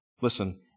Listen